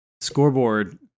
scoreboard